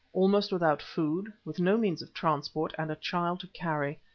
almost without food, with no means of transport, and a child to carry.